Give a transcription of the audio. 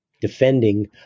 defending